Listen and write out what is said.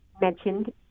mentioned